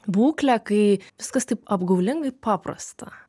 būklę kai viskas taip apgaulingai paprasta